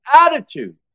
attitude